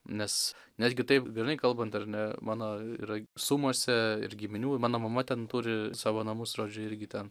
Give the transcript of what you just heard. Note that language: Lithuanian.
nes netgi taip grynai kalbant ar ne mano yra sumose ir giminių ir mano mama ten turi savo namus žodžiu irgi ten